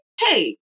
Hey